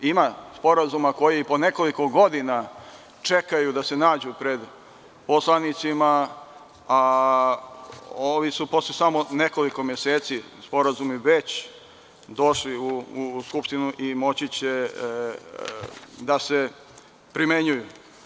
Ima sporazuma koji i po nekoliko godina čekaju da se nađu pred poslanicima, a ovi sporazumi su posle samo nekoliko meseci već došli u Skupštinu i moći će da se primenjuju.